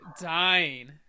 dying